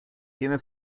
tiene